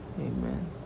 Amen